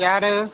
யார்